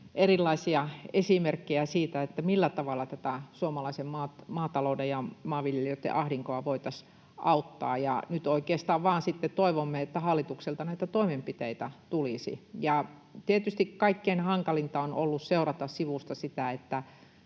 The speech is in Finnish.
erilaisia esimerkkejä siitä, millä tavalla tätä suomalaisen maatalouden ja maanviljelijöitten ahdinkoa voitaisiin auttaa. Nyt oikeastaan vain sitten toivomme, että hallitukselta näitä toimenpiteitä tulisi. Tietysti kaikkein hankalinta on ollut seurata sivusta sitä, että